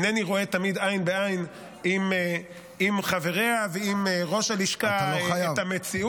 שאינני רואה תמיד עין בעין עם חבריה ועם ראש הלשכה את המציאות.